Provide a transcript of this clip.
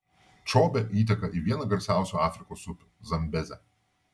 čobė įteka į vieną garsiausių afrikos upių zambezę